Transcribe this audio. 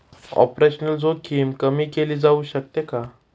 Operational जोखीम कमी केली जाऊ शकते का?